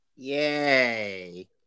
Yay